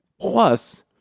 Plus